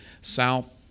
south